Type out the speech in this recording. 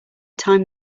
time